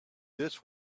this